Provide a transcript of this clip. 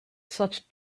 such